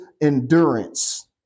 endurance